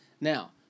Now